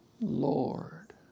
Lord